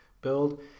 build